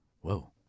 Whoa